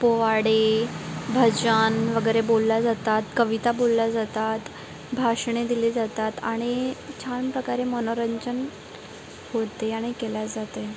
पोवाडे भजन वगैरे बोलल्या जातात कविता बोलल्या जातात भाषणे दिली जातात आणि छान प्रकारे मनोरंजन होते आणि केलं जाते